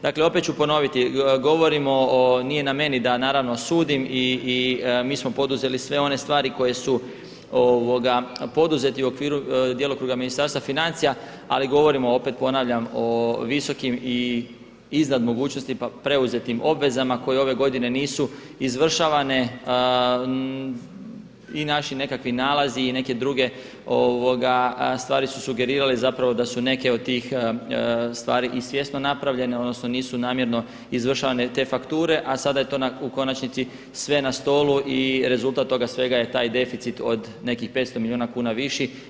Dakle opet ću ponoviti, nije na meni da sudim i mi smo poduzeli sve one stvari koje su poduzete u okviru djelokruga Ministarstva financija, ali govorim opet ponavljam o visokim i iznad mogućnosti preuzetim obvezama koje ove godine nisu izvršavane i naši nekakvi nalazi i neke druge stvari su sugerirale da su neke od tih stvari i svjesno napravljene odnosno nisu namjerno izvršavane te fakture, a sada je to u konačnici sve na stolu i rezultat toga svega je taj deficit od nekih 500 milijuna kuna viši.